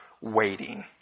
waiting